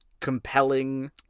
compelling